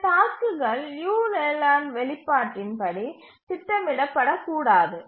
இந்த டாஸ்க்குகள் லியு லேலேண்ட் வெளிப்பாட்டின் படி திட்டமிட படக்கூடாது